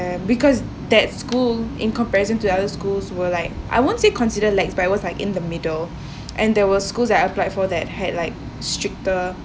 uh because that school in comparison to other schools were like I won't say consider like by was like in the middle and there were schools I applied for that had like stricter